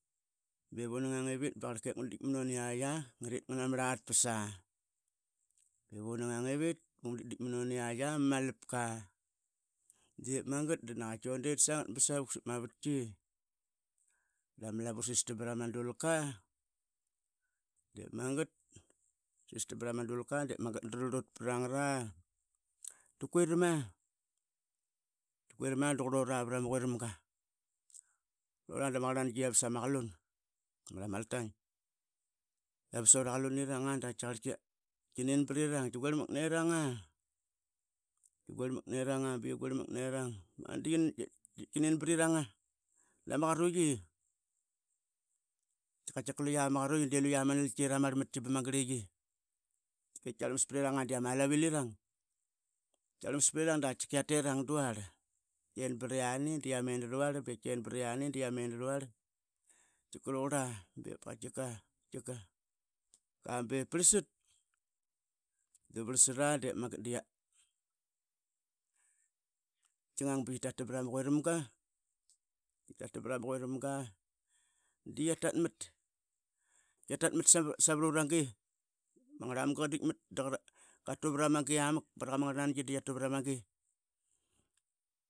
Bi vunagang ivit, bakarka aguditdit mununiakt. A argaritk-nganavlatpas, a bi vunangang ivit, unguditdit munungiatk amalaka. Dipmagat danakatki undat sangat basavuk sapma vatki, da ma lavu rasistam prama dulka dip magat, dava sistam prama prama dulk, dip magat ddra rlut prangat, tukirama, tukirama aduqurlora prama quiramga. Qrlora dam ngarlnangi tkia vas ama kalun mara maltaing, tkiavas ura klunirang a dakatkiakar tki ning prirang, tki guirmak neranga, bi yiu guirmak nerang. Dip magat di yi nin prirang na ma karuiyi. Katkika luia ma karuiyi, di katkika luia ma nalki iramar matki bama grliyi, tki tkiarmas priranaga di ama alauirirang, tkiarmas prirang diaterang dnarl. I tkiarmas pra yani diameni tuarl, bi tken priangi dia meni tuarl, tkika, tkika be prlasat, da prlasara dia tkingang biyi tatambra ma quiramga. Dia tatmat stkiatatmat asvruragi, ama ngarmamga qa ditkmat daqatu prama gi amak, barak ama ngarnangi diatu prama gi.